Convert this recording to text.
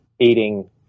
aiding